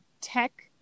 tech